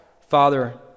Father